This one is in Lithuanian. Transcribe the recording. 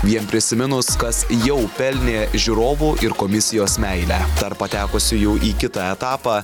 vien prisiminus kas jau pelnė žiūrovų ir komisijos meilę tarp patekusiųjų į kitą etapą